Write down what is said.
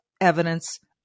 evidence